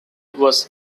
was